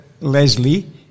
Leslie